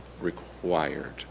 required